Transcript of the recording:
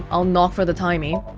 i'll knock for the timie